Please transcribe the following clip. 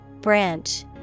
Branch